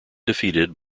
defeated